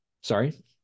Sorry